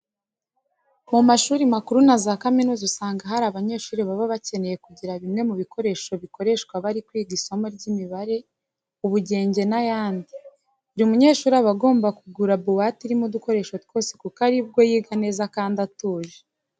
Mu mashuri makuru na za kaminuza usanga hari abanyeshuri baba bakeneye kugira bimwe mu bikoresho bikoreshwa bari kwiga isomo ry'imibare, ubugenge n'ayandi. Buri munyeshuri aba agomba kugura buwate irimo udukoresho twose kuko ari bwo yiga neza kandi atuje.